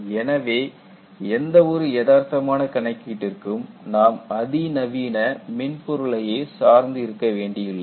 எனவே எந்தவொரு யதார்த்தமான கணக்கீட்டிற்கும் நாம் அதிநவீன மென்பொருளையே சார்ந்து இருக்க வேண்டியுள்ளது